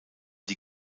die